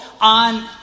on